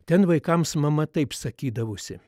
ten vaikams mama taip sakydavosi